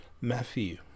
matthew